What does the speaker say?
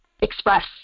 express